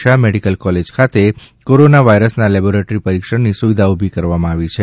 Shah medical college ખાતે corona વાઇરસના laboratory પરીક્ષણની સુવિધા ઊભી કરાઇ છે